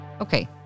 Okay